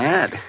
Mad